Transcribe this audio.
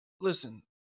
listen